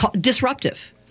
Disruptive